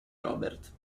robert